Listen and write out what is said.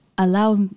allow